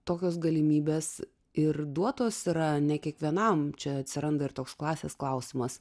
tokias galimybes ir duotos yra ne kiekvienam čia atsiranda ir toks klasės klausimas